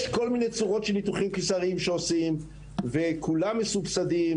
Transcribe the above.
יש כל מיני צורות של ניתוחים קיסריים שעושים וכולם מסובסדים.